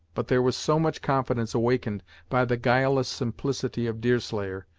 but there was so much confidence awakened by the guileless simplicity of deerslayer,